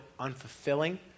unfulfilling